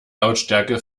lautstärke